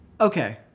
Okay